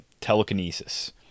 telekinesis